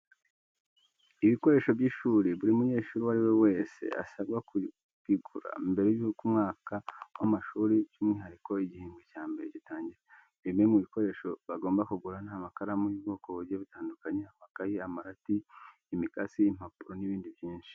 Ibikoresho by'ishuri buri munyeshuri uwo ari we wese asabwa kubigura mbere yuko umwaka w'amashuri by'umwuhariko igihembwe cya mbere gitangira. Bimwe mu bikoresho bagomba kugura ni amakaramu y'ubwoko bugiye butandukanye, amakayi, amarati, imikasi, impapuro n'ibindi byinshi.